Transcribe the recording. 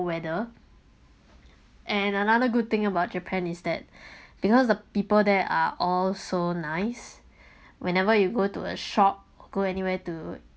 weather and another good thing about japan is that because the people there are all so nice whenever you go to a shop or go anywhere to